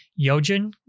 Yojin